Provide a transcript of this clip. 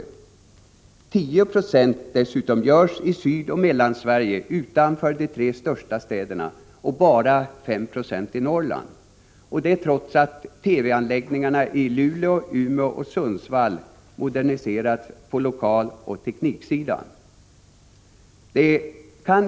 Ytterligare 10 96 gjordes i Sydoch Mellansverige utanför de tre största städerna, men bara 5 96 i Norrland — trots att TV-anläggningarna i Luleå, Umeå och Sundsvall moderniserats på lokaloch tekniksidan.